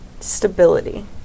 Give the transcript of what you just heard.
Stability